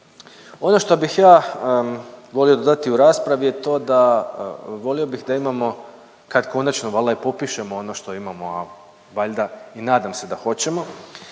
Ono što bih ja volio dodati u raspravi je to da volio bih da imamo kad konačno valjda i popišemo ono što imamo, a valjda i nadam se da hoćemo,